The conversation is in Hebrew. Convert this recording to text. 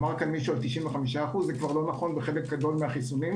אמר פה מישהו 95%. זה כבר לא נכון בחלק גדול מהחיסונים.